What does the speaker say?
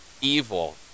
evil